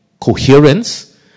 coherence